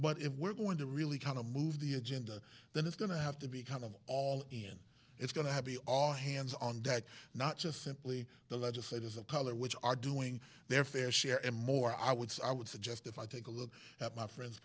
but if we're going to really kind of move the agenda then it's going to have to be kind of all in it's going to be all hands on deck not just simply the legislators of color which are doing their fair share and more i would say i would suggest if i take a look at my friend